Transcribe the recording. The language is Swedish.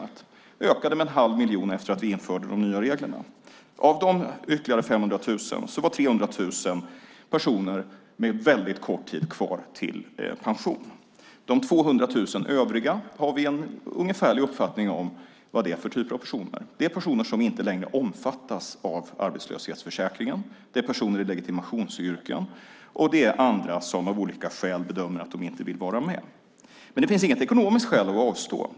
Det ökade med en halv miljon efter att vi infört de nya reglerna. Av de ytterligare 500 000 var 300 000 personer med mycket kort tid kvar till pension. Vi har en ungefärlig uppfattning om vad de 200 000 övriga är för personer. Det är personer som inte längre omfattas av arbetslöshetsförsäkringen, det är personer i legitimationsyrken och det är andra som av olika skäl bedömer att de inte vill vara med. Det finns inget ekonomiskt skäl att avstå.